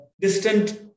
distant